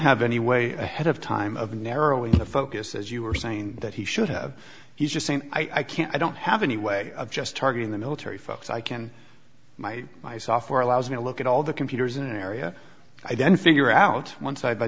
have any way ahead of time of narrowing the focus as you were saying that he should have he's just saying i can't i don't have any way of just targeting the military folks i can my my software allows me to look at all the computers in an area i then figure out once i'